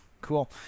cool